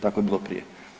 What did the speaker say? Tako je bilo prije.